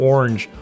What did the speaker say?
Orange